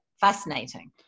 fascinating